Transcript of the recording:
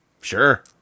Sure